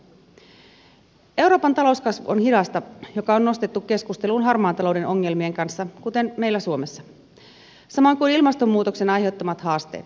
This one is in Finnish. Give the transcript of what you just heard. euroopan talouskasvu on hidasta mikä on nostettu keskusteluun harmaan talouden ongelmien kanssa kuten meillä suomessa samoin kuin ilmastonmuutoksen aiheuttamat haasteet